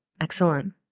Excellent